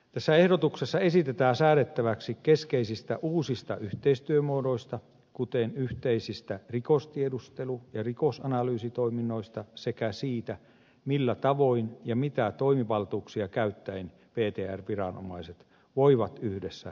tässä ehdotuksessa esitetään säädettäväksi keskeisistä uusista yhteistyömuodoista kuten yhteisistä rikostiedustelu ja rikosanalyysitoiminnoista sekä siitä millä tavoin ja mitä toimivaltuuksia käyttäen ptr viranomaiset voivat yhdessä torjua rikoksia